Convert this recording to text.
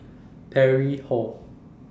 Parry Hall